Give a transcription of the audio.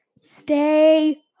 stay